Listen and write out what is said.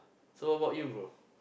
so how about you bro